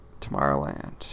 Tomorrowland